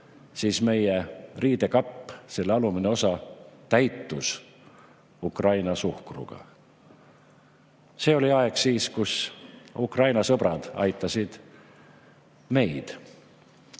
siis meie riidekapi alumine osa täitus Ukraina suhkruga. See oli aeg, kui Ukraina sõbrad aitasid neid.